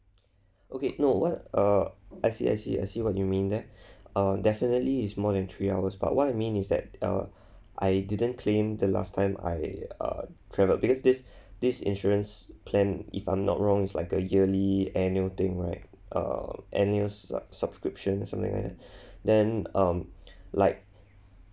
okay no what uh I see I see I see what you mean that uh definitely is more than three hours but what I mean is that uh I didn't claim the last time I uh travelled because this this insurance plan if I'm not wrong it's like a yearly annual thing like uh annual subs~ subscriptions or something like that then um like